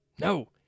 No